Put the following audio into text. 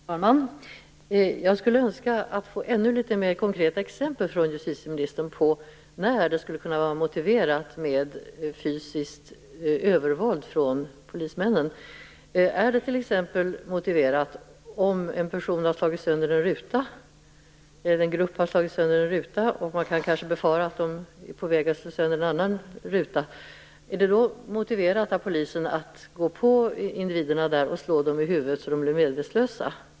Fru talman! Jag skulle önska ännu litet mer konkreta exempel från justitieministern på när det skulle kunna vara motiverat med fysiskt övervåld från polismännen. Är det t.ex. motiverat om en person eller en grupp har slagit sönder en ruta och man kanske kan befara att de är på väg att slå sönder en annan ruta? Är det ett motiv för polisen att gå på individerna och slå dem i huvudet så att de blir medvetslösa?